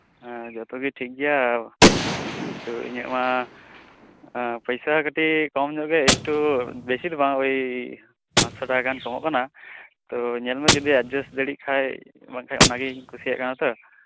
ᱦᱮᱸ ᱡᱚᱛᱚᱜᱮ ᱴᱷᱤᱠᱜᱮᱭᱟ ᱤᱧᱟᱹᱢᱟ ᱯᱚᱭᱥᱟ ᱠᱟᱹᱴᱤᱡ ᱠᱚᱢ ᱧᱚᱜ ᱜᱮ ᱮᱠᱴᱩ ᱵᱮᱥᱤ ᱫᱚ ᱵᱟᱝ ᱳᱭ ᱯᱟᱥᱥᱳ ᱴᱟᱠᱟ ᱜᱟᱱ ᱠᱚᱢᱚᱜ ᱠᱟᱱᱟ ᱧᱮᱞᱢᱮ ᱡᱚᱫᱤ ᱮᱰᱡᱟᱥᱴ ᱫᱟᱲᱮᱭᱟᱜ ᱠᱷᱟᱱ ᱵᱟᱠᱷᱟᱡ ᱚᱱᱟᱜᱤᱧ ᱠᱩᱥᱤᱭᱟᱜ ᱠᱟᱱᱟ ᱛᱚ